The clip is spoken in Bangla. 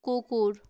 কুকুর